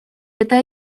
это